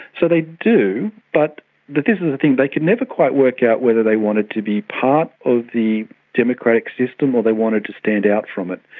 so they do, but this is the thing, they could never quite work out whether they wanted to be part of the democratic system or they wanted to stand out from it.